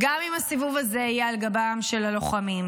גם אם הסיבוב הזה יהיה על גבם של הלוחמים.